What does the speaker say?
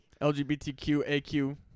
LGBTQAQ